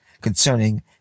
concerning